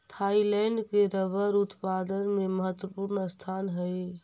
Thailand के rubber उत्पादन में महत्त्वपूर्ण स्थान हइ